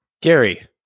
Gary